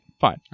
fine